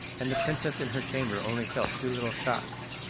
and the princess in her chamber only felt two little shocks,